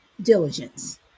diligence